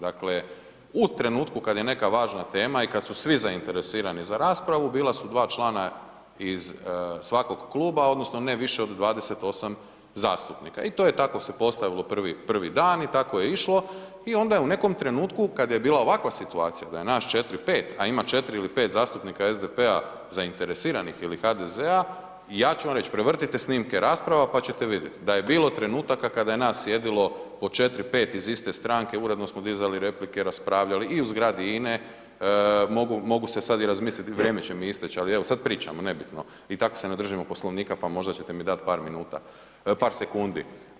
Dakle, u trenutku kad je neka važna tema i kad su svi zainteresirani za raspravu bila su dva člana iz svakog kluba odnosno ne više od 28 zastupnika i to je tako se postavilo prvi, prvi dan i tako je išlo i onda je u nekom trenutku kad je bila ovakva situacija da je nas 4-5, a ima 4 ili 5 zastupnika SDP-a zainteresiranih ili HDZ-a ja ću vam reć, prevrtite snimke rasprava, pa ćete vidjet da je bilo trenutaka kada je nas sjedilo po 4-5 iz iste stranke, uredno smo dizali replike, raspravljali i u zgradi INA-e, mogu, mogu se sad i razmislit, vrijeme će mi isteć, ali evo sad pričamo, nebitno i tako se ne držimo Poslovnika, pa možda ćete mi dati par minuta, par sekundi.